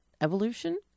Evolution